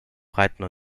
breiten